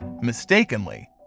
mistakenly